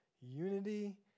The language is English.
unity